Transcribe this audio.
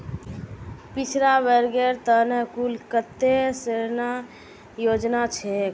पिछड़ा वर्गेर त न कुल कत्ते ऋण योजना छेक